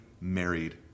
married